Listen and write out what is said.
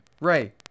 Ray